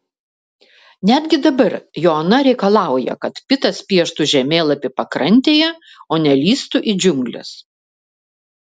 netgi dabar joana reikalauja kad pitas pieštų žemėlapį pakrantėje o ne lįstų į džiungles